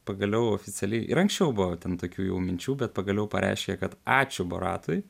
pagaliau oficialiai ir anksčiau buvo ten tokių jau minčių bet pagaliau pareiškė kad ačiū boratui